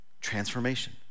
transformation